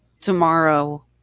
tomorrow